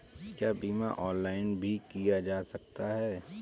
क्या बीमा ऑनलाइन भी किया जा सकता है?